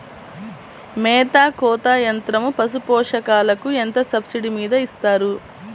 మేత కోత యంత్రం పశుపోషకాలకు ఎంత సబ్సిడీ మీద ఇస్తారు?